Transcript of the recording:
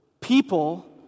people